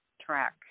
track